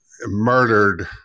murdered